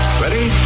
Ready